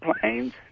planes